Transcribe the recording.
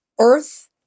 earth